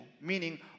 meaning